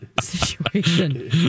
situation